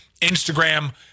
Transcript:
Instagram